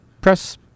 press